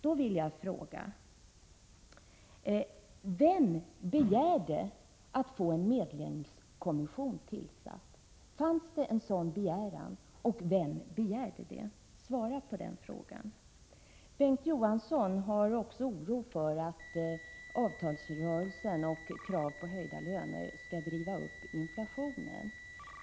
Då vill jag fråga: Vem begärde att få en medlingskommission tillsatt? Fanns det någon sådan begäran, och vem kom den ii så fall ifrån? Svara på den frågan! Bengt K. Å. Johansson hyser också oro för att avtalsrörelsen och krav på höjda löner skall driva upp inflationen.